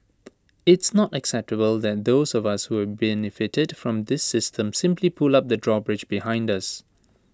it's not acceptable that those of us who've benefited from this system simply pull up the drawbridge behind us